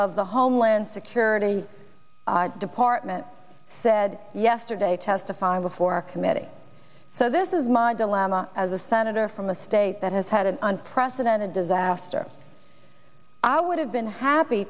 of the homeland security department said yesterday testifying before a committee so this is my dilemma as a senator from a state that has had an unprecedented disaster i would have been happy